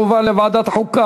לוועדת החוקה,